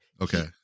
okay